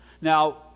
Now